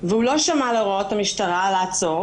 והוא לא שמע להוראות המשטרה לעצור.